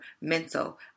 mental